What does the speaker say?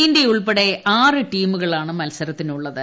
ഇന്ത്യുൾപ്പെടെ ആറ് ടീമുകളാണ് മത്സരത്തിനുള്ളത്